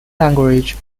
language